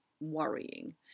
worrying